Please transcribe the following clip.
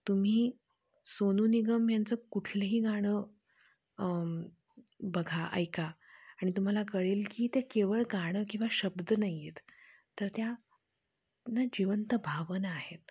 तुम्ही सोनू निगम यांचं कुठलंही गाणं बघा ऐका आणि तुम्हाला कळेल की ते केवळ गाणं किंवा शब्द नाही आहेत तर त्या न जीवंत भावना आहेत